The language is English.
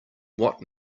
what